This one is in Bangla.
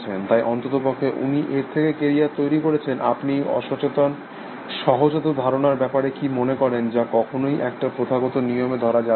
তাই অন্ততপক্ষে উনি এর থেকে কেরিয়ার তৈরি করেছেনআপনি এই অসচেতন সহজাত ধারণার ব্যাপারে কি মনে করেন যা কখনওই একটা প্রথাগত নিয়মে ধরা যাবে না